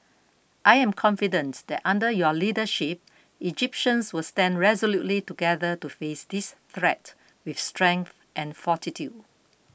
I am confident that under your leadership Egyptians will stand resolutely together to face this threat with strength and fortitude